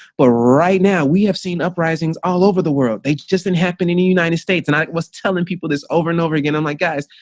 but right now, we have seen uprisings all over the world. they just didn't happen in the united states. and i was telling people this over and over again, i'm like, guys,